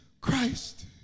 Christ